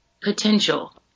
potential